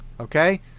Okay